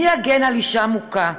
מי יגן על אישה מוכה,